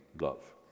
love